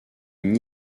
une